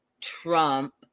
trump